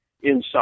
inside